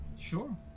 Sure